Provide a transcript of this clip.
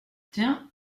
tiens